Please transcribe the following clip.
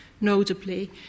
notably